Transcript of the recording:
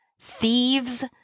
thieves